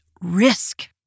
risk